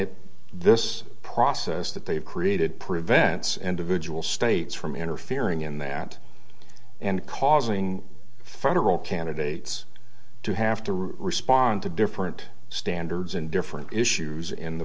it this process that they've created prevents individual states from interfering in that and causing federal candidates to have to respond to different standards in different issues in the